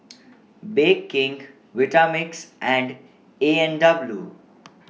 Bake King Vitamix and A and W